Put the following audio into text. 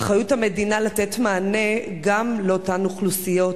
באחריות המדינה לתת מענה גם לאותן אוכלוסיות